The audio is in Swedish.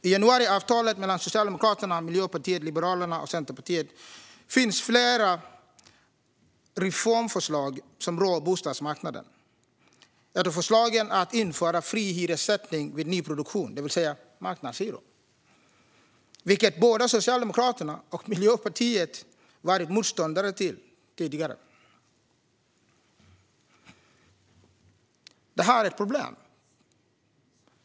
I januariavtalet mellan Socialdemokraterna, Miljöpartiet, Liberalerna och Centerpartiet finns flera reformförslag som rör bostadsmarknaden. Ett av förslagen är att införa fri hyressättning vid nyproduktion, det vill säga marknadshyror. Det är något som både Socialdemokraterna och Miljöpartiet har varit motståndare till tidigare. Det här är ett problem.